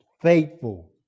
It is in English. faithful